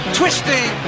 twisting